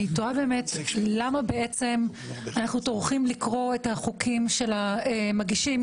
אני תוהה למה אנחנו טורחים לקרוא את החוקים של המגישים,